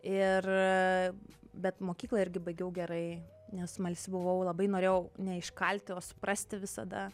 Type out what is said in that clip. ir bet mokyklą irgi baigiau gerai nes smalsi buvau labai norėjau ne iškalti o suprasti visada